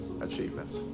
achievements